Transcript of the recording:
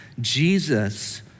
Jesus